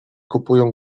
kupują